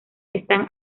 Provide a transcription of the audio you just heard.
están